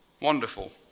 Wonderful